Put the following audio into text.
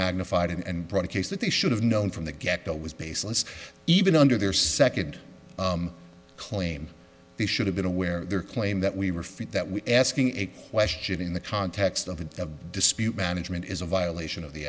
magnified and brought a case that they should have known from the get go it was baseless even under their second claim they should have been aware their claim that we were fit that we're asking a question in the context of a dispute management is a violation of the